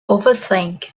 overthink